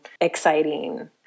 exciting